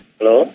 Hello